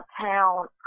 town